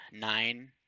nine